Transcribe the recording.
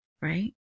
right